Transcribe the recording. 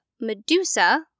Medusa